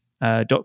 dot